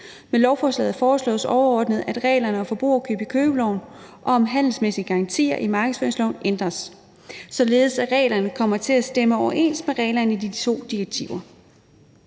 Med lovforslaget foreslås det overordnet, at reglerne om forbrugerkøb i købeloven og om handelsmæssige garantier i markedsføringsloven ændres, således at reglerne kommer til at stemme overens med reglerne i de to direktiver.